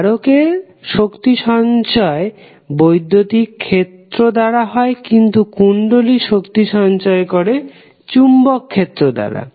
ধারকের শক্তি সঞ্চয় বৈদ্যুতিক ক্ষেত্র দ্বারা কিন্তু কুণ্ডলী শক্তি সঞ্চয় করে চৌম্বক ক্ষেত্র দ্বারা